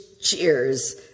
cheers